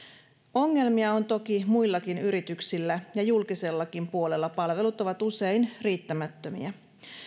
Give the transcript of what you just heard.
ongelmia on toki muillakin yrityksillä ja julkisellakin puolella palvelut ovat usein riittämättömiä